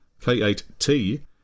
K8T